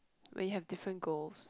we have different goals